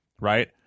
right